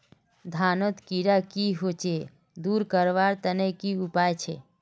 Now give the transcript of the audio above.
धानोत कीड़ा की होचे दूर करवार तने की उपाय छे?